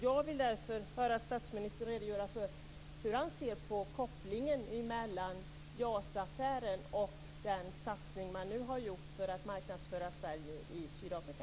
Jag skulle därför vilja höra statsministern redogöra för hur han ser på kopplingen mellan JAS affären och den satsning som man nu har gjort för att marknadsföra Sverige i Sydafrika.